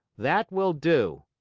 that will do.